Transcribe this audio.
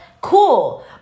cool